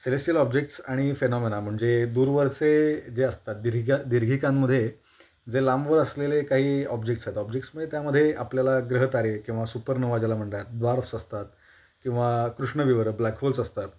celestial objects आणि phenomena म्हणजे दूरवरचे जे असतात दीर्घिका दीर्घिकांमध्ये जे लांबवर असलेले काही ऑब्जेक्टस आहेत ऑब्जेक्टस् म्हण्जे त्यामध्ये आपल्याला ग्रहतारे किंवा सुपरनोवा ज्याला म्हणतात द्वारफस असतात किंवा कृष्णविवर ब्लॅकहोल्स असतात